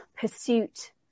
pursuit